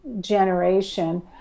generation